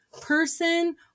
person